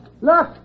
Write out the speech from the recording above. look